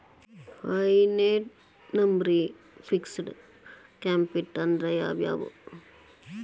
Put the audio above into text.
ಹನ್ನೆರ್ಡ್ ನಮ್ನಿ fixed capital ಅಂದ್ರ ಯಾವವ್ಯಾವು?